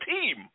team